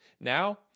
Now